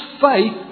faith